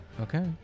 Okay